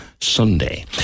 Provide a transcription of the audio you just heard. Sunday